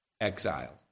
exile